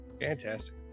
Fantastic